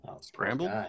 Scrambled